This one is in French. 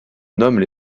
nomment